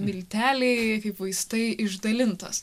milteliai kaip vaistai išdalintas